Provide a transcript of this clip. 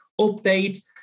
update